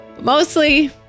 Mostly